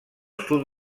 sud